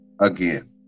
again